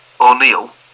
O'Neill